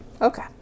Okay